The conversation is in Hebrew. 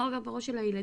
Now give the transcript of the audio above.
מה עובר בראש של הילדים,